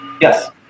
Yes